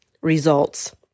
results